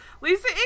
Lisa